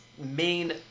main